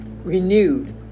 Renewed